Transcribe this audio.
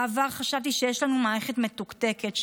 בעבר חשבתי שיש לנו מערכת מתוקתקת,